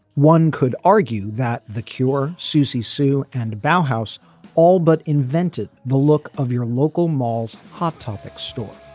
one could argue that the cure susie sue and bough house all but invented the look of your local malls hot topic store.